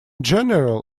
general